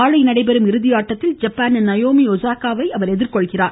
நாளை நடைபெறும் இறுதியாட்டத்தில் ஜப்பானின் நயோமி ஒசாக்காவை அவர் எதிர்கொள்கிறார்